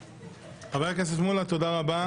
חבר הכנסת מולא, תודה רבה.